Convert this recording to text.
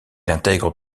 intègre